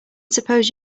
suppose